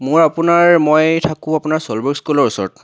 মোৰ আপোনাৰ মই থাকোঁ আপোনাৰ ছল্ট ব্ৰুক স্কুলৰ ওচৰত